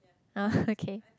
uh okay